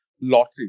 lottery